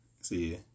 See